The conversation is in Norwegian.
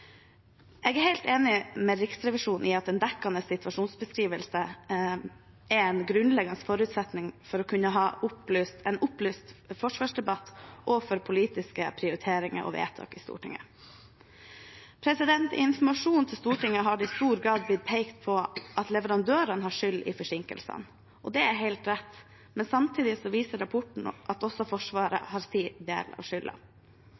Jeg er helt enig med Riksrevisjonen i at en dekkende situasjonsbeskrivelse er en grunnleggende forutsetning for å kunne ha en opplyst forsvarsdebatt og for politiske prioriteringer og vedtak i Stortinget. I informasjonen til Stortinget har det i stor grad blitt pekt på at leverandøren har skyld i forsinkelsene. Det er helt riktig. Men samtidig viser rapporten at også